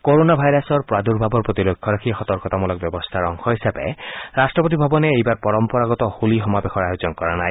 corona ভাইৰাছৰ প্ৰাদুৰ্ভাৱৰ প্ৰতি লক্ষ্য ৰাখি সতৰ্কতামলক ব্যৱস্থাৰ অংশ হিচাপে ৰাট্টপতি ভৱনে এইবাৰ পৰম্পৰাগত হোলী সমাৱেশৰ আয়োজন কৰা নাই